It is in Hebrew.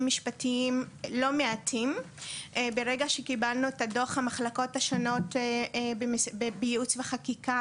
משפטיים לא מעטים ברגע שקיבלנו את דוח המחלקות השונות בייעוץ וחקיקה